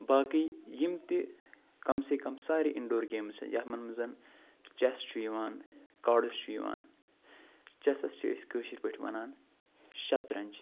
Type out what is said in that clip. باقٕے یِم تہِ کم سے کم سارے اِنڈور گیمٕز چھِ یِمَن منٛز جٮ۪س چھُ یِوان کاڈٕس چھُ یِوان چٮ۪سَس چھِ أسۍ کٲشِر پٲٹھۍ وَنان شطرنج